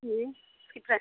جی اس کی